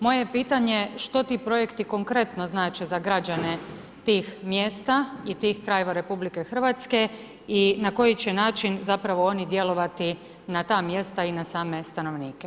Moje je pitanje, što ti projekti konkretno znače za građane tih mjesta i tih krajeva RH i na koji će način, zapravo oni djelovati na ta mjesta i na same stanovnike.